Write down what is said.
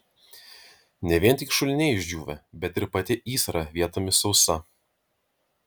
ne vien tik šuliniai išdžiūvę bet ir pati įsra vietomis sausa